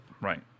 right